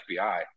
fbi